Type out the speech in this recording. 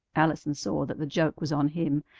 allison saw that the joke was on him,